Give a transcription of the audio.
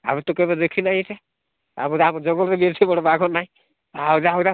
ଆମେ ତ କେବେ ଦେଖି ନାଇଁ ଏଇଟା ଆମ ଆମ ଜଙ୍ଗଲରେ ବି ଏତେ ବଡ଼ ବାଘ ନାହିଁ